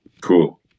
Cool